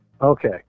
Okay